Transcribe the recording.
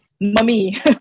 mummy